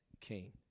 king